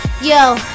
yo